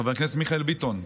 חבר הכנסת מיכאל ביטון,